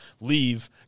leave